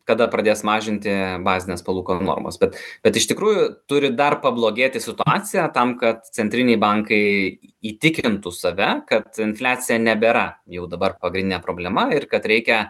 kada pradės mažinti bazines palūkanų normas bet bet iš tikrųjų turi dar pablogėti situacija tam kad centriniai bankai įtikintų save kad infliacija nebėra jau dabar pagrindinė problema ir kad reikia